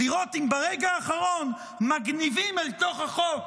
לראות אם ברגע האחרון מגניבים אל תוך החוק